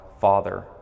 Father